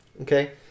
Okay